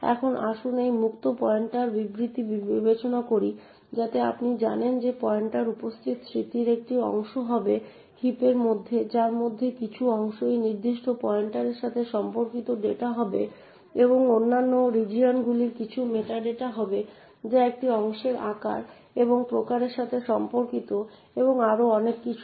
এখন আসুন এই মুক্ত পয়েন্টার বিবৃতিটি বিবেচনা করি যাতে আপনি জানেন যে পয়েন্টার উপস্থিত স্মৃতির একটি অংশ হবে হিপের মধ্যে যার মধ্যে কিছু অংশ সেই নির্দিষ্ট পয়েন্টারের সাথে সম্পর্কিত ডেটা হবে এবং অন্যান্য রিজিয়নগুলি কিছু মেটাডেটা হবে যা একটি অংশের আকার এবং প্রকারের সাথে সম্পর্কিত এবং আরও অনেক কিছু